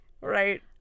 Right